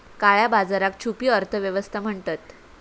काळया बाजाराक छुपी अर्थ व्यवस्था म्हणतत